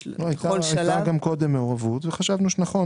יש הצעה קונקרטית לתיקון?